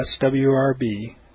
swrb